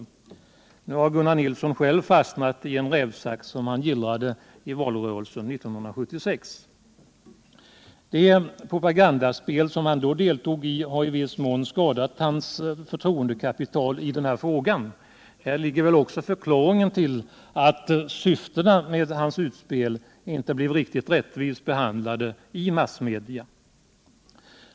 Nu 109 har Gunnar Nilsson själv fastnat i den rävsax som han gillrade i valrörelsen 1976. Det propagandaspel som han då deltog i har i viss mån skadat hans förtroendekapital i den här frågan. Här ligger väl också förklaringen till att syftena med hans utspel inte blev riktigt rättvist behandlade i massmedia.